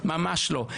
ממש לא.